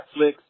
Netflix